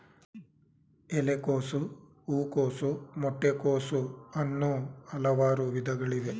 ಎಲೆಕೋಸು, ಹೂಕೋಸು, ಮೊಟ್ಟೆ ಕೋಸು, ಅನ್ನೂ ಹಲವಾರು ವಿಧಗಳಿವೆ